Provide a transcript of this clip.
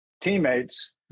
teammates